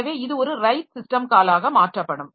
எனவே இது ஒரு ரைட் சிஸ்டம் காலாக மாற்றப்படும்